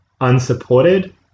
unsupported